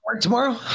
tomorrow